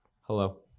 Hello